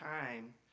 time